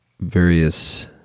various